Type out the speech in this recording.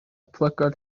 plygodd